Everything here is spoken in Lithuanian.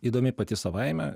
įdomi pati savaime